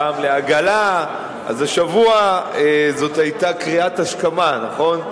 פעם לעגלה, אז השבוע זאת היתה קריאת השכמה, נכון?